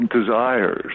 desires